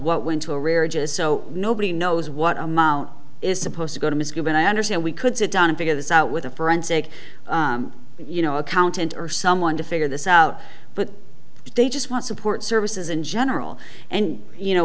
what went to arrearages so nobody knows what amount is supposed to go to ms given i understand we could sit down and figure this out with a forensic you know accountant or someone to figure this out but they just want support services in general and you know